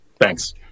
thanks